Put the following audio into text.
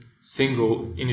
single